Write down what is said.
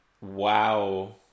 Wow